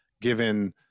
given